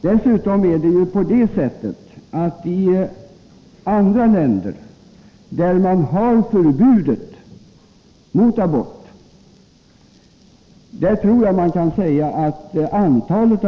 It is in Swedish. Dessutom tror jag att man kan säga att antalet aborter är något högre i länder där man har förbud mot abort.